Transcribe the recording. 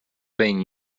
been